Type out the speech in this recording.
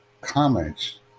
comments